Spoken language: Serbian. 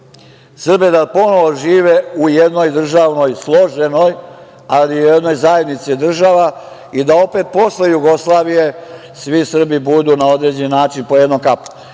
Srbe da ponovo žive u jednoj državnoj, složenoj, ali u jednoj zajednici država i da opet posle Jugoslavije, svi Srbiji budu na određen način i pod jednom kapom.